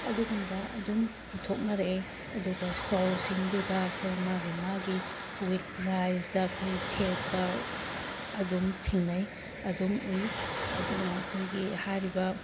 ꯑꯗꯨꯒꯨꯝꯕ ꯑꯗꯨꯝ ꯄꯨꯊꯣꯛꯅꯔꯛꯑꯦ ꯑꯗꯨꯒ ꯏꯁꯇꯣꯜꯁꯤꯡꯗꯨꯗ ꯑꯩꯈꯣꯏ ꯃꯥꯒꯤ ꯃꯥꯒꯤ ꯋꯤꯠ ꯄ꯭ꯔꯥꯏꯁꯇ ꯑꯩꯈꯣꯏ ꯊꯦꯠꯄ ꯑꯗꯨꯝ ꯊꯦꯡꯅꯩ ꯑꯗꯨꯝ ꯎꯏ ꯑꯗꯨꯅ ꯑꯩꯈꯣꯏꯒꯤ ꯍꯥꯏꯔꯤꯕ